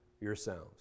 yourselves